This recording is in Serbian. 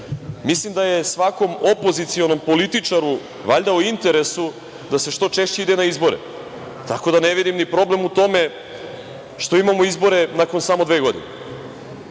Mislim da je svakom opozicionom političaru valjda u interesu da se što češće ide na izbore, tako da ne vidim problem u tome što imamo izbore nakon samo dve godine.